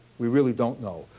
we really don't know.